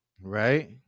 Right